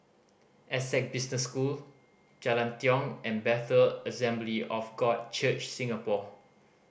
Essec Business School Jalan Tiong and Bethel Assembly of God Church Singapore